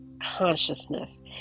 consciousness